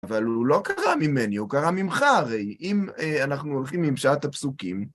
אבל הוא לא קרה ממני, הוא קרה ממך הרי, אם אנחנו הולכים מפשט הפסוקים...